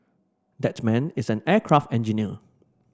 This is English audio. that man is an aircraft engineer